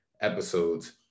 episodes